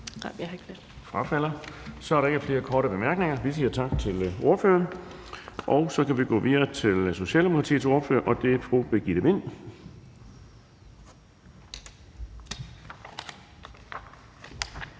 Anni Matthiesen frafalder. Så er der ikke flere korte bemærkninger, og vi siger tak til ordføreren. Vi kan gå videre til Socialdemokratiets ordfører, og det er fru Birgitte Vind. Kl.